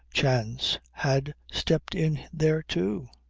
chance had stepped in there too.